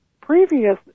previous